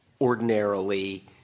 ordinarily